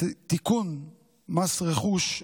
את תיקון מס רכוש,